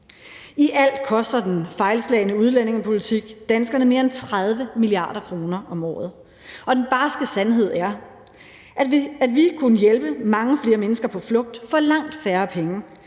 I alt koster den fejlslagne udlændingepolitik danskerne mere end 30 mia. kr. om året, og den barske sandhed er, at vi kunne hjælpe mange flere mennesker på flugt for langt færre penge,